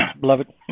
Beloved